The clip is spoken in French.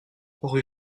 rue